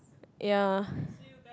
ya